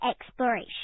exploration